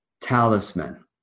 talisman